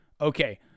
okay